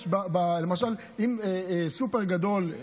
למשל אם סופר גדול,